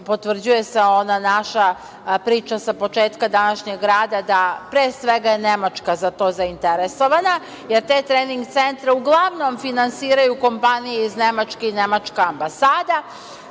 potvrđuje se ona naša priča sa početka današnjeg rada, pre svega je Nemačka za to zainteresovana, jer te trening centre uglavnom finansiraju kompanije iz Nemačke i nemačka ambasada,